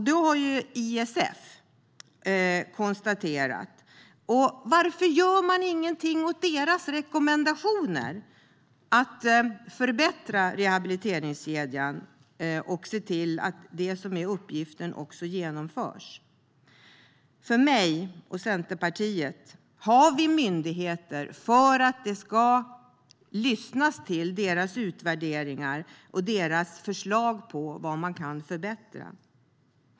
Det har ISF konstaterat. Varför gör man ingenting åt deras rekommendationer om att förbättra rehabiliteringskedjan och se till att det som är uppgiften genomförs? Jag och Centerpartiet anser att vi har myndigheter för att deras utvärderingar och förslag till förbättringar ska lyssnas på.